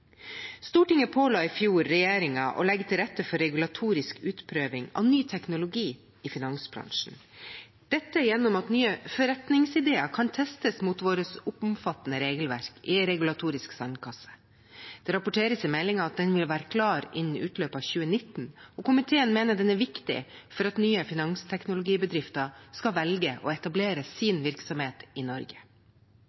Stortinget påla i fjor regjeringen å legge til rette for regulatorisk utprøving av ny teknologi i finansbransjen – dette gjennom at nye forretningsideer kan testes mot vårt omfattende regelverk, i en regulatorisk sandkasse. Det rapporteres i meldingen at den vil være klar innen utløpet av 2019, og komiteen mener den er viktig for at nye finansteknologibedrifter skal velge å etablere